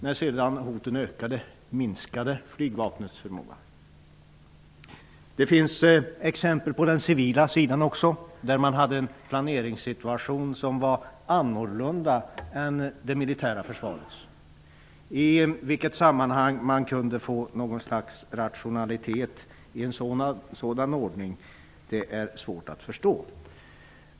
När sedan hoten ökade minskade flygvapnets förmåga. Det finns exempel också på den civila sidan, där man hade en planeringssituation som var annorlunda än det militära försvarets. I vilket sammanhang man kunde få någon rationalitet i en sådan ordning är svårt att förstå.